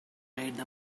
ride